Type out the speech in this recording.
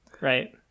right